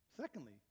secondly